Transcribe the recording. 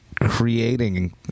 creating